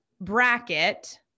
bracket